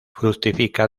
fructifica